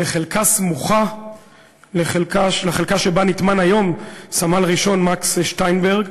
בחלקה סמוכה לחלקה שבה נטמן היום סמל-ראשון מקס שטיינברג,